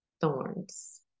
thorns